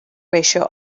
ratio